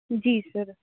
ਜੀ ਸਰ